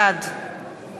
בעד